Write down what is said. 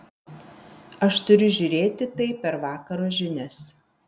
aš turiu žiūrėti tai per vakaro žinias